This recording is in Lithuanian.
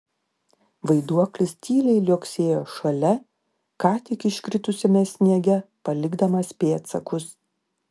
vaiduoklis tyliai liuoksėjo šalia ką tik iškritusiame sniege palikdamas pėdsakus